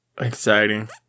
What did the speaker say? Exciting